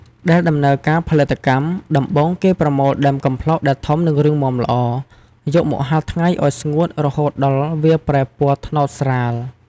ដែលដំណើរការផលិតកម្ម ដំបូងគេប្រមូលដើមកំប្លោកដែលធំ និងរឹងមាំល្អ យកមកហាលថ្ងៃឲ្យស្ងួតរហូតដល់វាប្រែជាពណ៌ត្នោតស្រាល។